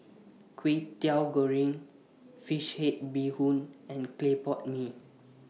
Kwetiau Goreng Fish Head Bee Hoon and Clay Pot Mee